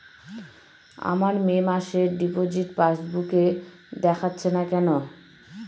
আমার মে মাসের ডিপোজিট পাসবুকে দেখাচ্ছে না কেন?